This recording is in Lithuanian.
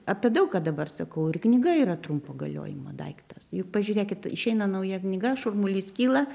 apie daug ką dabar sakau ir knyga yra trumpo galiojimo daiktas juk pažiūrėkit išeina nauja knyga šurmulys kyla